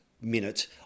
minute